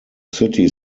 city